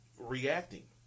reacting